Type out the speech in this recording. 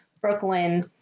Brooklyn